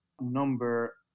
number